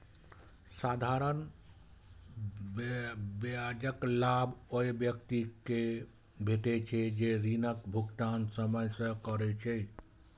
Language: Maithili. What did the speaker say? साधारण ब्याजक लाभ ओइ व्यक्ति कें भेटै छै, जे ऋणक भुगतान समय सं करै छै